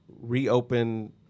reopen